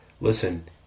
listen